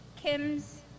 Kim's